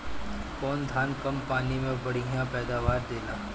कौन धान कम पानी में बढ़या पैदावार देला?